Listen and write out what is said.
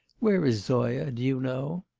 where is zoya, do you know